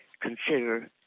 consider